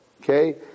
okay